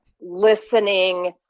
listening